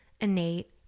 innate